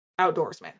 outdoorsman